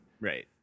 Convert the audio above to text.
Right